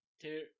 two